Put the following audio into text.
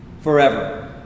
forever